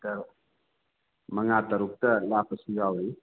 metre ꯃꯉꯥ ꯇꯔꯨꯛꯇ ꯂꯥꯞꯄꯁꯨ ꯌꯥꯎꯔꯤ